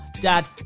dad